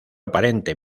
aparente